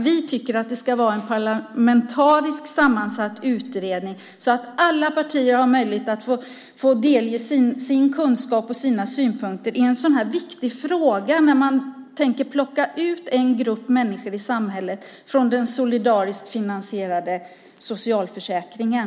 Vi tycker att det ska vara en parlamentariskt sammansatt utredning, så att alla partier har möjlighet att delge sin kunskap och sina synpunkter i en sådan här viktig fråga, när man tänker plocka ut en grupp människor i samhället från den solidariskt finansierade socialförsäkringen.